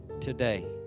today